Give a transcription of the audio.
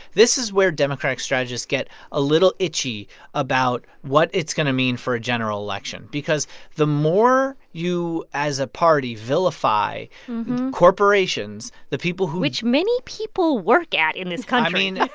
this is where democratic strategists get a little itchy about what it's going to mean for a general election because the more you as a party vilify corporations, the people who. which many people work at in this country i mean,